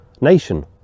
nation